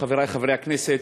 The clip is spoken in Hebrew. חברי חברי הכנסת,